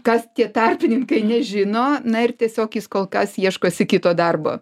kas tie tarpininkai nežino na ir tiesiog jis kol kas ieškosi kito darbo